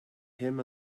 him